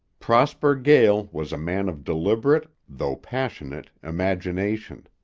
prosper gael was a man of deliberate, though passionate, imagination.